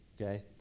Okay